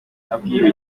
nabwiwe